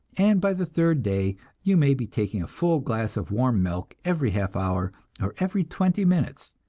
and by the third day you may be taking a full glass of warm milk every half hour or every twenty minutes,